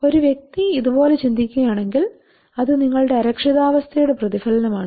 ഒരു വ്യക്തി ഇത് പോലെ ചിന്തിക്കുകയാണെങ്കിൽ അത് നിങ്ങളുടെ അരക്ഷിതാവസ്ഥയുടെ പ്രതിഫലനമാണ്